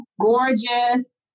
gorgeous